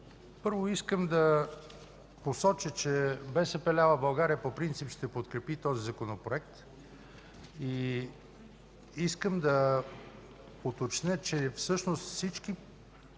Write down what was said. Първо искам да посоча, че „БСП лява България” по принцип ще подкрепи този Законопроект. Искам да уточня, че всъщност всички